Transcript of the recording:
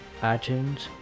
iTunes